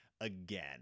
again